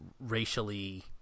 racially